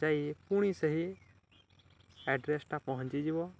ଯାଇ ପୁଣି ସେହି ଆଡ଼୍ରେସ୍ଟା ପହଞ୍ଚିଯିବ